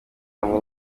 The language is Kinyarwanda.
hamwe